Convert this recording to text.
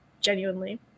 genuinely